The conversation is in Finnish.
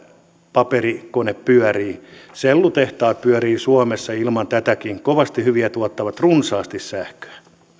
paperikone pyörii sellutehtaat pyörivät suomessa ilman tätäkin kovasti hyvin tuottavat runsaasti sähköä